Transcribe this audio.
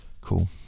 cool